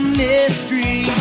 mystery